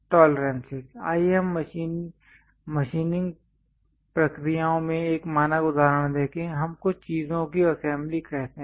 tolerances आइए हम machining प्रक्रियाओं में एक मानक उदाहरण देखें हम कुछ चीज़ों को असेंबली कहते हैं